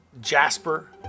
Jasper